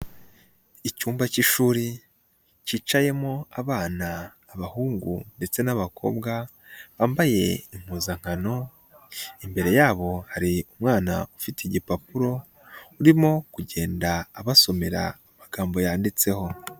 Icyumba k'ishuri kicayemo abana, abahungu ndetse n'abakobwa bambaye impuzankano, imbere yabo hari umwana ufite igipapuro urimo kugenda abasomera amagambo yanditseho.